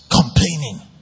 Complaining